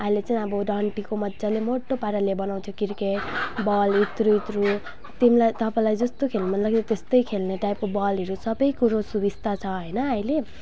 अहिले चाहिँ अब डन्ठीको मजाले मोटो पाराले बनाउँछ क्रिकेट बल यत्रो यत्रो तिमीलाई तपाईँलाई जस्तो खेल्न मनलाग्यो त्यस्तै खेल्ने टाइपको बलहरू सबै कुरो सुविस्ता छ होइन अहिले